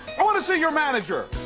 i wanna see your manager!